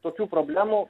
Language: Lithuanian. tokių problemų